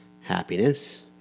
happiness